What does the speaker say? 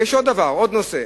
יש עוד דבר, עוד נושא.